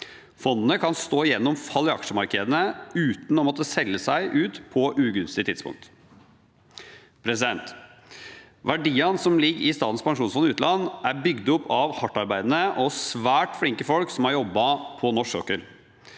Fondene kan stå gjennom fall i aksjemarkedene uten å måtte selge seg ut på ugunstige tidspunkt.» Verdiene som ligger i Statens pensjonsfond utland, er bygd opp av hardtarbeidende og svært flinke folk som har jobbet på norsk sokkel.